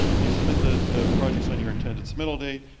you submit the the projects on your intended submittal date,